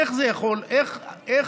איך אתה,